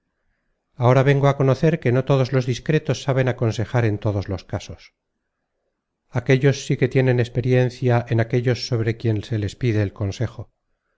ahora vengo á conocer que no todos los discretos saben aconsejar en todos los casos aquellos sí que tienen expevriencia en aquellos sobre quien se les pide el consejo